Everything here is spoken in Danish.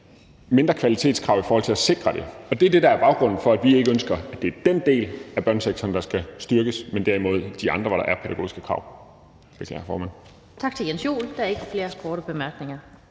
mindre kvalitetskrav i forhold til at sikre det. Det er det, der er baggrunden for, at vi ikke ønsker, at det er den del af børnesektoren, der skal styrkes, men derimod de andre, hvor der er pædagogiske krav. Kl. 12:31 Den fg. formand (Annette Lind):